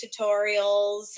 tutorials